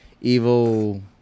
evil